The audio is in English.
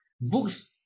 books